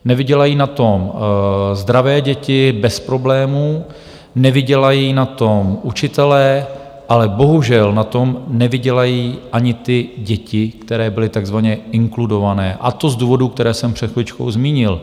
Nevydělají na tom zdravé děti bez problémů, nevydělají na tom učitelé, ale bohužel na tom nevydělají ani ty děti, které byly takzvaně inkludované, a to z důvodů, které jsem před chviličkou zmínil.